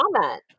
comment